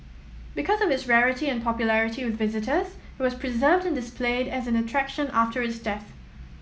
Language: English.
because of its rarity and popularity with visitors it was preserved and displayed as an attraction after its death